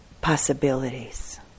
possibilities